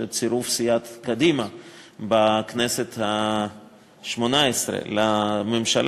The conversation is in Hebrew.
של צירוף סיעת קדימה בכנסת השמונה-עשרה לממשלה,